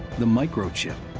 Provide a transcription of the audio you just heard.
the microchip.